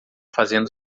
fazendo